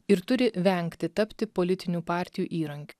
ir turi vengti tapti politinių partijų įrankiu